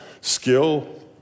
skill